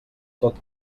tot